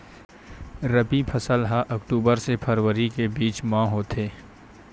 रबी फसल हा अक्टूबर से फ़रवरी के बिच में होथे